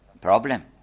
problem